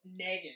Negan